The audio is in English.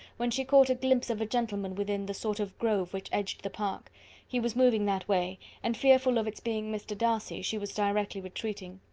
when she caught a glimpse of a gentleman within the sort of grove which edged the park he was moving that way and, fearful of its being mr. darcy, she was directly retreating.